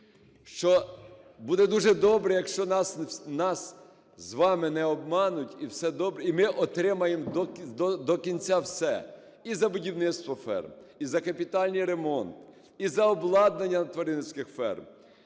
що буде дуже добре, якщо нас з вами не обмануть, і ми отримаємо до кінця все: і за будівництво ферм, і за капітальний ремонт, і за обладнання тваринницьких ферм,